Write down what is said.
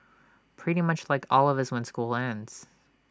pretty much like all of us when school ends